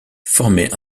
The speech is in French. formait